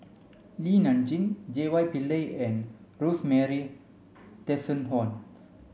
Li Nanxing J Y Pillay and Rosemary Tessensohn